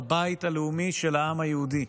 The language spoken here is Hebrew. בבית הלאומי של העם היהודי.